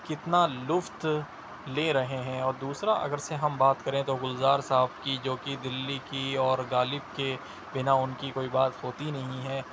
کتنا لطف لے رہے ہیں اور دوسرا اگر سے ہم بات کریں تو گلزار صاحب کی جو کہ دلی کی اور غالب کے بِنا ان کی کوئی بات ہوتی ہی نہیں ہے